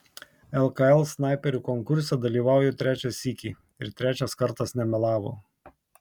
lkl snaiperių konkurse dalyvauju trečią sykį ir trečias kartas nemelavo